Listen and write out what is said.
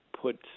put